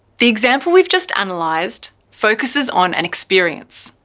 the example we've just analysed focuses on an experience,